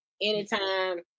anytime